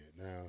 Now